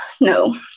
no